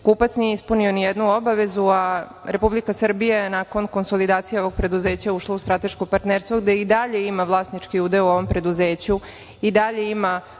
kupac. Nije ispunio nijednu obavezu, a Republika Srbija je nakon konsolidacije ovog preduzeća ušla u strateško partnerstvo gde i dalje ima vlasnički udeo u ovom preduzeću, i dalje ima